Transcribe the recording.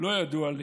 לא ידוע לי